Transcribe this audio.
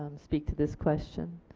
um speak to this question.